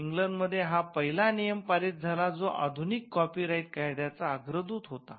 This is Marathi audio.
इंग्लंडमध्ये हा पहिला नियम पारित झाला जो आधुनिक कॉपीराइट कायद्याचा अग्रदूत होता